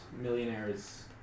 Millionaires